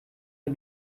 die